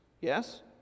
yes